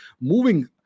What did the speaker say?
moving